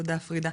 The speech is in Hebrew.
תודה פרידה.